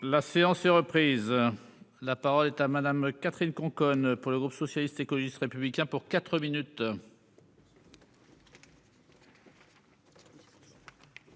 La séance est reprise. La parole est à Madame, Catherine Conconne pour le groupe socialiste, écologiste républicains pour 4 minutes.